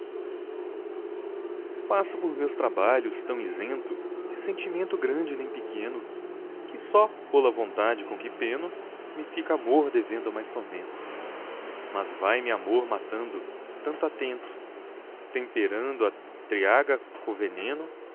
passo por meus trabalhos tão isento de sentimento grande nem pequeno que só pola vontade com que peno me fica amor devendo mais tormento mas vai me amor matando tanto a tento temperando a triaga co